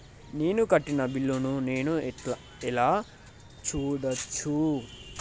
నేను కట్టిన బిల్లు ను నేను ఎలా చూడచ్చు?